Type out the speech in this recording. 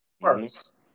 first